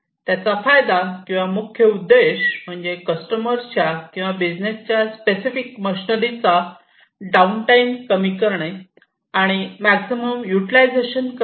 त्याचा फायदा किंवा मुख्य उद्देश म्हणजे कस्टमर च्या किंवा बिझनेसच्या स्पेसिफिक मशनरी चा डाऊन टाईम कमी करणे आणि मॅक्झिमम यूटलायझेशन करणे